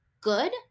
good